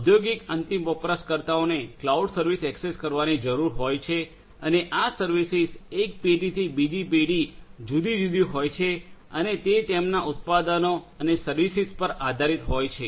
ઔદ્યોગિક અંતિમ વપરાશકર્તાઓને ક્લાઉડ સર્વિસ એક્સેસ કરવાની જરૂર હોય અને આ સર્વિસીસ એક પેઢી થી બીજી પેઢી જુદી જુદી હોય છે અને તે તેમના ઉત્પાદનો અને સર્વિસીસ પર આધારિત હોય છે